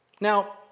Now